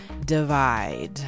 Divide